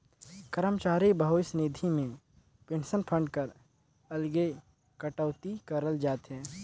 करमचारी भविस निधि में पेंसन फंड कर अलगे कटउती करल जाथे